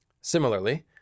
Similarly